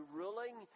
ruling